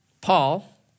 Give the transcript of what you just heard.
Paul